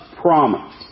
promise